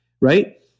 right